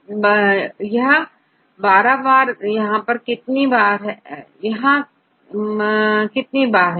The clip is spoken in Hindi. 1 2 यहां कितनी बार P sऔर कितनी बार Es है